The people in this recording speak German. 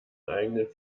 eigenen